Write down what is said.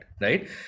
right